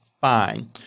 fine